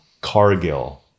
Cargill